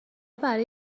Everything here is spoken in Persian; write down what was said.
برای